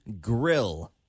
grill